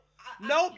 Nope